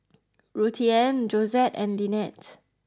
Ruthanne Josette and Linette